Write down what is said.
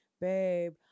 babe